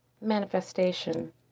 manifestation